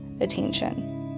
attention